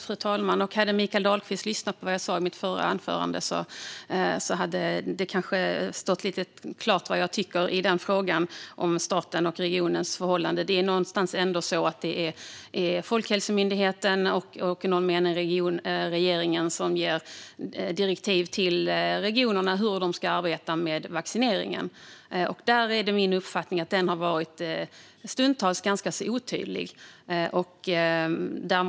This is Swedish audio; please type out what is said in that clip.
Fru talman! Om Mikael Dahlqvist hade lyssnat på vad jag sa i mitt anförande hade det kanske stått lite klarare vad jag tycker i frågan om förhållandet mellan stat och region. Det är ändå så att det är Folkhälsomyndigheten och i någon mån regeringen som ger direktiv till regionerna om hur de ska arbeta med vaccineringen. Min uppfattning är att det stundtals har varit ganska otydligt där.